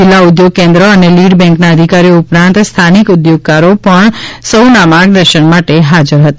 જિલ્લા ઉદ્યોગ કેન્દ્ર અને લીડ બેન્કના અધિકારીઓ ઉપરાંત સ્થાનિક ઉદ્યોગકારો પણ સૌ ના માર્ગદર્શન માટે અહી હાજર હતા